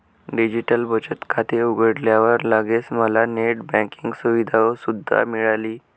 digital बचत खाते उघडल्यावर लगेच मला नेट बँकिंग सुविधा सुद्धा मिळाली